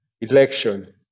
election